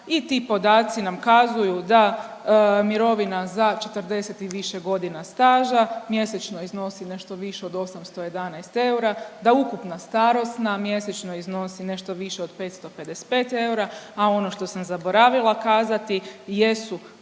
i ti podaci nam kazuju da mirovina za 40 i više godina staža mjesečno iznosi nešto više od 811 eura, da ukupna starosna mjesečno iznosi nešto više od 555 eura. A ono što sam zaboravila kazati jesu